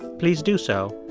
please do so.